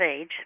age